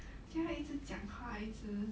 其实他一直讲话一直